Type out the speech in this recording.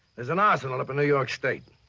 there's an arsenal up in new york state,